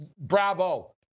bravo